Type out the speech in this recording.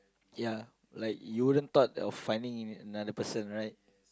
ya like you wouldn't thought of finding another person right